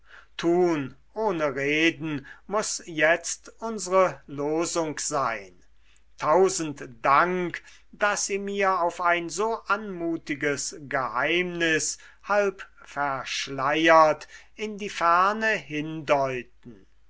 tun ohne reden muß jetzt unsre losung sein tausend dank daß sie mir auf ein so anmutiges geheimnis halb verschleiert in die ferne hindeuten